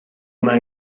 man